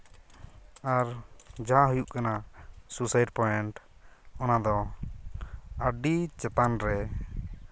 ᱟᱨ ᱡᱟᱦᱟᱸ ᱦᱩᱭᱩᱜ ᱠᱟᱱᱟ ᱥᱩᱭᱥᱟᱭᱤᱰ ᱯᱚᱭᱮᱱᱴ ᱚᱱᱟᱫᱚ ᱟᱹᱰᱤ ᱪᱮᱛᱟᱱ ᱨᱮ